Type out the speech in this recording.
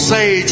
say